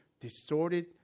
distorted